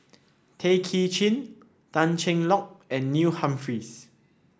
Tay Kay Chin Tan Cheng Lock and Neil Humphreys